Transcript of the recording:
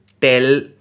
tell